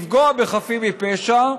לפגוע בחפים מפשע,